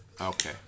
Okay